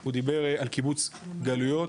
הוא דיבר על קיבוץ גלויות,